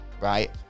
right